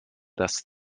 das